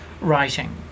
writing